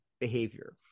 behavior